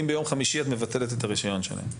האם ביום חמישי את מבטלת את הרישיון שלהם?